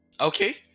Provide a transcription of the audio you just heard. Okay